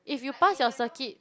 if you pass your circuit